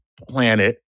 planet